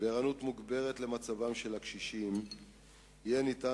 וערנות מוגברת למצבם של הקשישים יהיה אפשר,